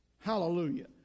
Hallelujah